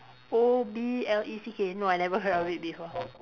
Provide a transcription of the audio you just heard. O B L E C K no I never heard of it before